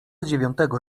dziewiątego